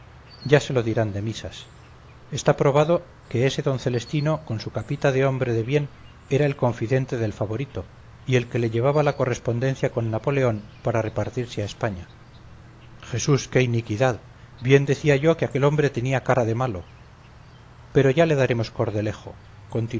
ya se lo dirán de misas está probado que ese d celestino con su capita de hombre de bien era el confidente del favorito y el que le llevaba la correspondencia con napoleón para repartirse a españa jesús qué iniquidad bien decía yo que aquel hombre tenía cara de malo pero ya le daremos